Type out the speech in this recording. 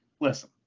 listen